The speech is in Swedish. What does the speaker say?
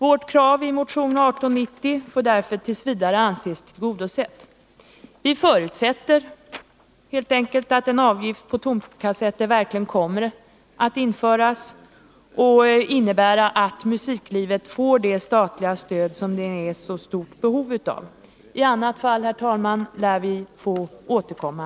Vårt krav i motion 1890 får därför t. v. anses tillgodosett. Vi förutsätter helt enkelt att en avgift på tomkassetter verkligen kommer att införas och innebära att musiklivet får det statliga stöd det är i så stort behov av. I annat fall, herr talman, lär vi få återkomma.